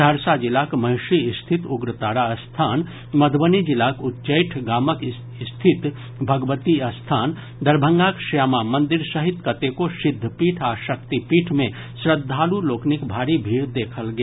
सहरसा जिलाक महिषी स्थित उग्रतारा स्थान मधुबनी जिलाक उच्चैठ गाम स्थित भगवती स्थान दरभंगाक श्यामा मंदिर सहित कतेको सिद्धपीठ आ शक्तिपीठ मे श्रद्वालु लोकनिक भारी भीड़ देखल गेल